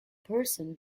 person